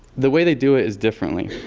the way they do it is differently.